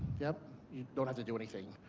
yeah you don't have to do anything.